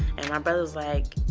and my brother was like,